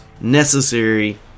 necessary